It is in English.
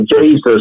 Jesus